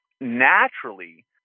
naturally